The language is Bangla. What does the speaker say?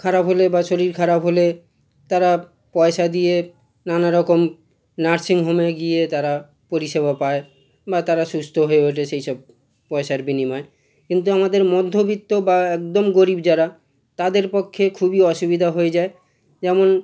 খারাপ হলে বা শরীর খারাপ হলে তারা পয়সা দিয়ে নানা রকম নার্সিংহোমে গিয়ে তারা পরিষেবা পায় বা তারা সুস্থ হয়ে ওঠে সেইসব পয়সার বিনিময়ে কিন্তু আমাদের মধ্যবিত্ত বা একদম গরীব যারা তাদের পক্ষে খুবই অসুবিধা হয়ে যায় যেমন